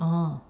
orh